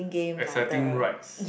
accepting rights